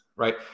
right